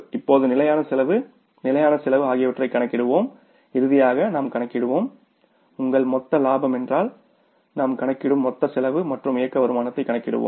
இப்போது நிலையான செலவு நிலையான செலவு ஆகியவற்றைக் கணக்கிடுவோம் இறுதியாக நாம் கணக்கிடுவோம் உங்கள் மொத்த லாபம் என்றால் நாம் கணக்கிடும் மொத்த செலவு மற்றும் இயக்க வருமானத்தை கணக்கிடுவோம்